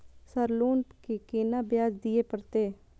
Sir loan के केना ब्याज दीये परतें?